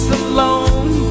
alone